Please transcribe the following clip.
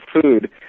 food